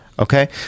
Okay